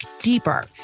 deeper